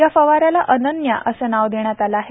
या फवाऱ्याला अनन्या असे नाव देण्यात आले आहे